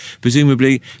presumably